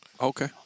Okay